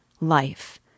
Life